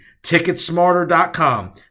Ticketsmarter.com